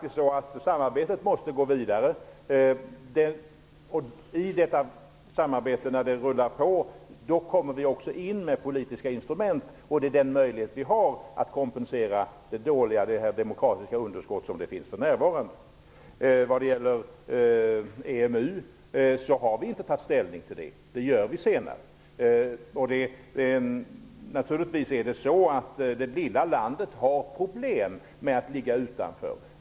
Samarbetet måste gå vidare. När detta samarbete rullar på kommer vi också in med politiska instrument. Det är den möjlighet vi har att kompensera det demokratiska underskott som finns för närvarande. Vi har inte tagit ställning till EMU. Det gör vi senare. Naturligtvis har det lilla landet problem med att ligga utanför.